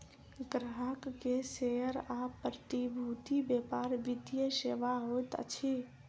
ग्राहक के शेयर आ प्रतिभूति व्यापार वित्तीय सेवा होइत अछि